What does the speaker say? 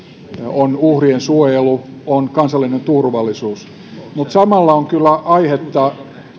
on uhrien suojelu on kansallinen turvallisuus mutta samalla on kyllä aihetta